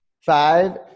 Five